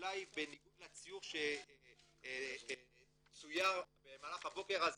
בניגוד לציור שצויר במהלך הבוקר הזה,